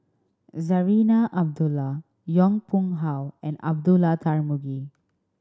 Zarinah Abdullah Yong Pung How and Abdullah Tarmugi